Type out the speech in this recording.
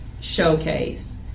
Showcase